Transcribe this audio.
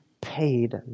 paid